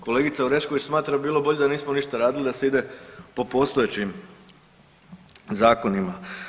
Kolegica Orešković smatra da bi bilo bolje da nismo ništa radili da se ide po postojećim zakonima.